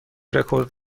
رکورد